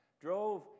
drove